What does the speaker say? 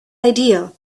idea